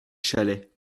chalet